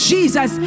Jesus